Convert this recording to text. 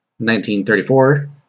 1934